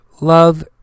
love